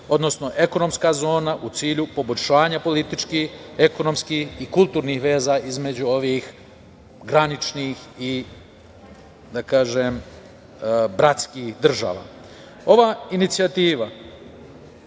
odnosno ekonomska zona u cilju poboljšanja političkih, ekonomskih i kulturnih veza između ovih graničnih i, da kažem, bratskih država. Ova inicijativa